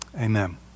Amen